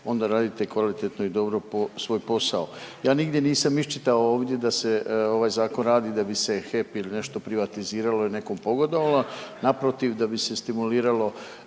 onda radite kvalitetno i dobro svoj posao. Ja nigdje nisam iščitao ovdje da se ovaj zakon radi da bi se HEP ili nešto privatiziralo ili nekom pogodovalo, naprotiv da bi se stimulirao